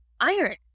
iron